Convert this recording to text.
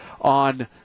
on